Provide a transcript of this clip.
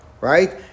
Right